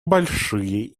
большие